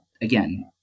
again